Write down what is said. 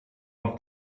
auf